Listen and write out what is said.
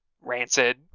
Rancid